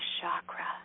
chakra